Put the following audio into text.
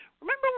remember